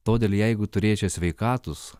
todėl jeigu turėčiau sveikatos